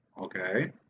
okay